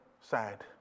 sad